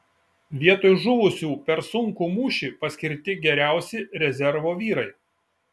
vietoj žuvusių per sunkų mūšį paskirti geriausi rezervo vyrai